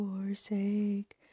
forsake